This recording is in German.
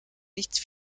nicht